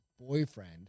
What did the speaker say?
boyfriend